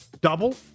double